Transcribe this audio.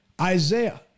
Isaiah